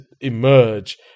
emerge